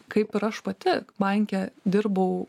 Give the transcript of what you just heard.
kaip ir aš pati banke dirbau